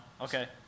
Okay